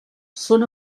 són